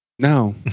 No